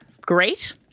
Great